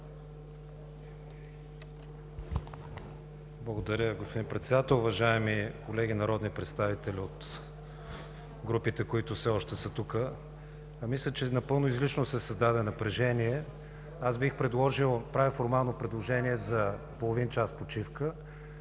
Благодаря, господин Председател. Уважаеми колеги народни представители от групите, които все още са тук! Мисля, че напълно излишно се създаде напрежение. Аз бих предложил – правя формално предложение за половин час почивка.